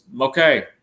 okay